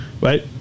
Right